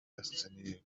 destiny